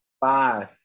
five